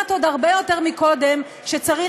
משוכנעת עוד הרבה יותר מקודם שצריך